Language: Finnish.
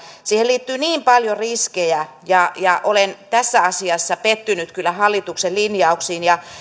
siihen liittyy niin paljon riskejä olen kyllä tässä asiassa pettynyt hallituksen linjauksiin ja